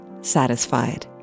satisfied